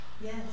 Yes